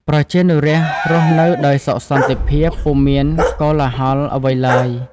ប្រជានុរាស្រ្តរស់នៅដោយសុខសន្តិភាព ពុំមានកោលាហលអ្វីឡើយ។